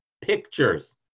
pictures